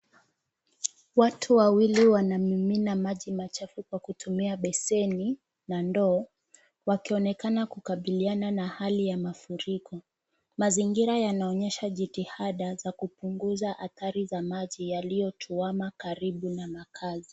Watu wawili wanamimina maji machafu kwa kutumia beseni na ndoo wakionekana kukabiliana na hali ya mafuriko, mazingira yanaonyesha jitihada za kupunguza athari za maji yaliyotuama karibu na makazi.